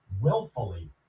willfully